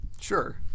Sure